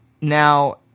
now